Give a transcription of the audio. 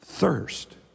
Thirst